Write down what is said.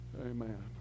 Amen